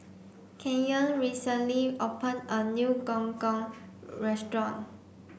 Kenyon recently open a new gong gong restaurant